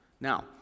Now